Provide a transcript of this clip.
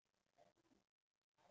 really